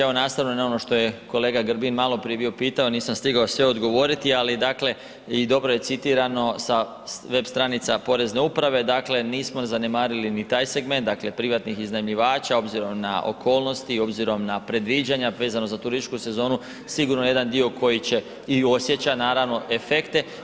Evo, nastavno na ono što je kolega Grbin maloprije bio pitao, nisam stigao sve odgovoriti, ali dakle, i dobro je citirano sa web stranica Porezne uprave, dakle nismo zanemarili ni taj segment, dakle privatnih iznajmljivača, obzirom na okolnosti i obzirom na predviđanja vezano za turističku sezonu, sigurno jedan dio koji će, i osjeća naravno, efekte.